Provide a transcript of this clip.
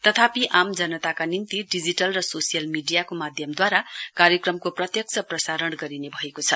तथापि आम जनताका निम्ति डिजिटल र सोसियल मीडियाको माध्यमदूवारा कार्यक्रमको प्रायक्ष प्रसारण गरिने भएको छ